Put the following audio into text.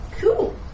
Cool